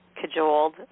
cajoled